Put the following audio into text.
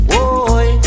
Boy